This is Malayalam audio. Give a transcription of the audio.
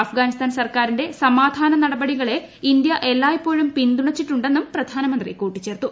അഫ്ഗാൻ സർക്കാരിന്റെ സമാധാന നടപടികളെ ഇന്ത്യ എല്ലായ്പോഴും പിന്തുണച്ചിട്ടുണ്ടെന്നും പ്രധാനമന്ത്രി കൂട്ടിച്ചേർത്തു